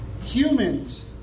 Humans